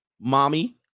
mommy